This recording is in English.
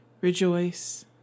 Rejoice